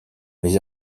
mes